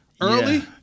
early